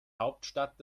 hauptstadt